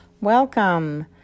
Welcome